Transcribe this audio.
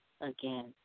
again